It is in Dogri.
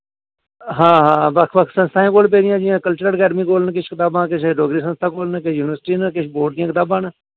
हां हां हां बक्ख बक्ख संस्थाएं कोल पेदियां जि'यां कल्चरल अकैडमी कोल न किश कताबां किश डोगरी संस्था कोल न केईं यूनिवर्सिटी न किश बोर्ड दियां कताबां न